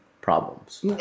problems